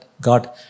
God